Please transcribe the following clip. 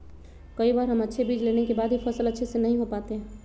कई बार हम अच्छे बीज लेने के बाद भी फसल अच्छे से नहीं हो पाते हैं?